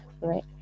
right